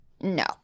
No